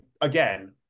again